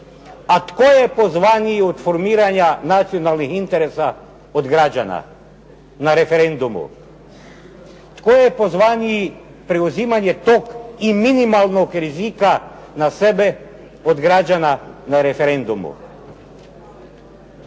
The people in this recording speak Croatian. A tko je pozvaniji od formiranja nacionalnih interesa od građana na referendumu? Tko je pozvaniji preuzimanja toga i minimalnog rizika na sebe od građana na referendumu?